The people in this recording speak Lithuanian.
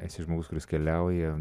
esi žmogus kuris keliauja